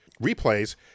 replays